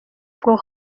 про